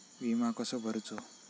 विमा कसो भरूचो?